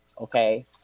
okay